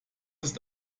ist